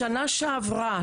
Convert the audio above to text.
בשנה שעברה,